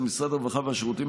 אין ספק שהמשרד לוקח על עצמו,